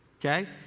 okay